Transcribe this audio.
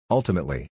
Ultimately